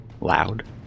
loud